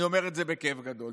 אני אומר את זה בכאב גדול.